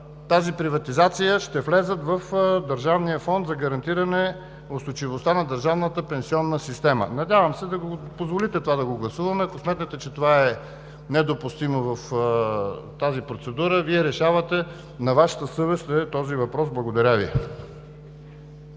тази приватизация ще влязат в Държавния фонд за гарантиране устойчивостта на държавната пенсионна система. Надявам се да позволите това да го гласуваме. Ако сметнете, че е недопустимо в тази процедура, Вие решавате, на Вашата съвест е този въпрос. Благодаря Ви.